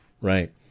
right